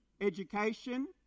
education